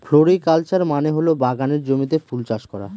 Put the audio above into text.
floriculture মানে হল বাগানের জমিতে ফুল চাষ করা